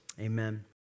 amen